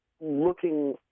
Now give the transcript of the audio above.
looking